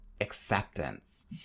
acceptance